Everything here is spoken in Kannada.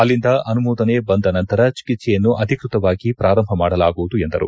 ಅಲ್ಲಿಂದ ಅನುಮೋದನೆ ಬಂದ ನಂತರ ಚಿಕಿತ್ಸೆಯನ್ನು ಅಧಿಕೃತವಾಗಿ ಪ್ರಾರಂಭ ಮಾಡಲಾಗುವುದು ಎಂದರು